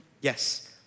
Yes